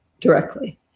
directly